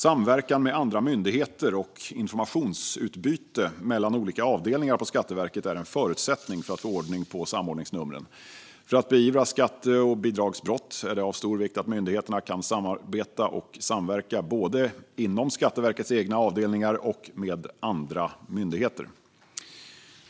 Samverkan med andra myndigheter och informationsutbyte mellan olika avdelningar på Skatteverket är en förutsättning för att få ordning på samordningsnumren. För att beivra skatte och bidragsbrott är det av stor vikt att myndigheten kan samarbeta och samverka både inom Skatteverkets egna avdelningar och med andra myndigheter.